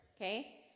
okay